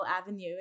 Avenue